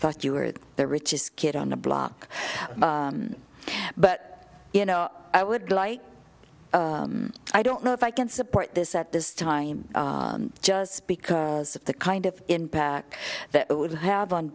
thought you were the richest kid on the block but you know i would like i don't know if i can support this at this time just because of the kind of impact that it would have on